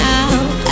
out